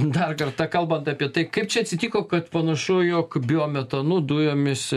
dar kartą kalbant apie tai kaip čia atsitiko kad panašu jog biometonu dujomis